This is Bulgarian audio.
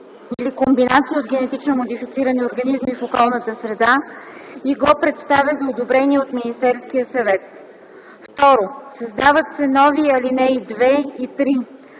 или комбинация от генетично модифицирани организми в околната среда и го представя за одобрение от Министерския съвет”. 2. Създават се нови алинеи 2 и 3: